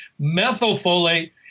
methylfolate